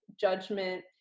Judgment